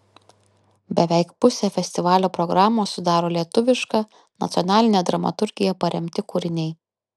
beveik pusę festivalio programos sudaro lietuviška nacionaline dramaturgija paremti kūriniai